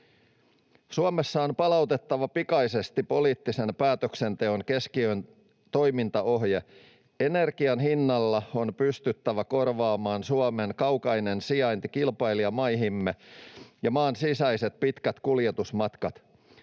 Suomessa on palautettava pikaisesti poliittisen päätöksenteon keskiöön toimintaohje: energian hinnalla on pystyttävä korvaamaan Suomen kaukainen sijainti kilpailijamaihimme nähden ja maan sisäiset, pitkät kuljetusmatkat.